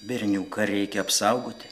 berniuką reikia apsaugoti